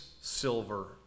silver